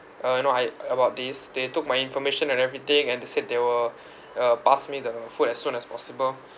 uh you know I about this they took my information and everything and they said they will uh pass me the food as soon as possible